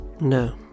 No